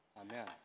Amen